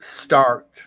start